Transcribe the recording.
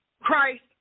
Christ